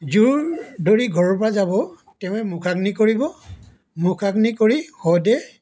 জোৰ ধৰি ঘৰৰ পৰা যাব তেৱেঁ মুখাগ্নি কৰিব মুখাগ্নি কৰি শৱদেহ